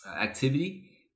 activity